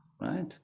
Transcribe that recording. right